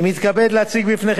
אני מבין,